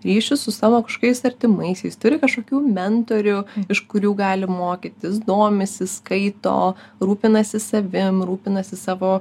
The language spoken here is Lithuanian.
ryšius su savo kažkokiais artimaisiais turi kažkokių mentorių iš kurių gali mokytis domisi skaito rūpinasi savim rūpinasi savo